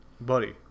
Buddy